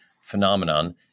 phenomenon